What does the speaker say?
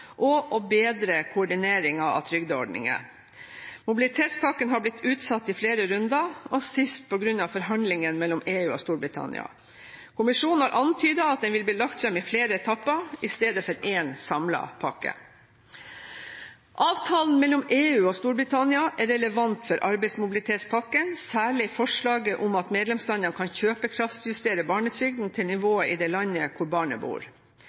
og å bedre koordineringen av trygdeordninger. Mobilitetspakken har blitt utsatt i flere runder, sist på grunn av forhandlingene mellom EU og Storbritannia. Kommisjonen har antydet at den vil bli lagt fram i flere etapper i stedet for som én samlet pakke. Avtalen mellom EU og Storbritannia er relevant for arbeidsmobilitetspakken, særlig forslaget om at medlemslandene kan kjøpekraftjustere barnetrygden til nivået i det landet hvor barnet bor.